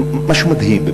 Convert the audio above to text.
משהו מדהים,